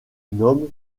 nomment